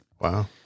Wow